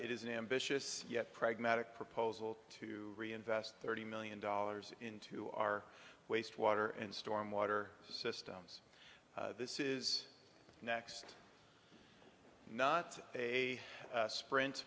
it is an ambitious yet pragmatic proposal to reinvest thirty million dollars into our waste water and storm water systems this is next not a sprint